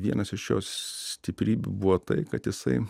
vienas iš jo stiprybių buvo tai kad jisai